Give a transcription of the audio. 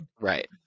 right